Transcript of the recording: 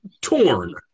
Torn